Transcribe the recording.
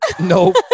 Nope